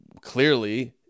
Clearly